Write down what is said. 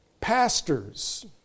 pastors